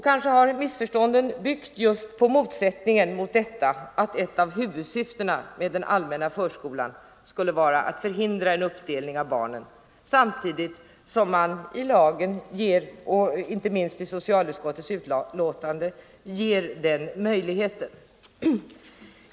Kanske har missförstånden byggt just på motsättningen mellan inställningen att ett av huvudsyftena med den allmänna förskolan skulle vara att förhindra en uppdelning av barnen och den möjlighet som lagen ger — vilket framgår inte minst av socialutskottets betänkande — till alternativ verksamhet.